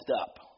up